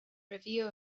review